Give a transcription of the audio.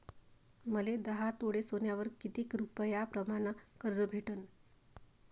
मले दहा तोळे सोन्यावर कितीक रुपया प्रमाण कर्ज भेटन?